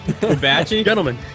gentlemen